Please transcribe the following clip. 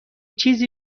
چیزی